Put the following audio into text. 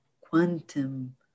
quantum